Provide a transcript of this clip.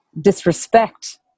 disrespect